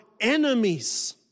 enemies